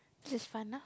this is fun ah